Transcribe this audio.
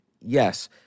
yes